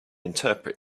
interpret